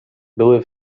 były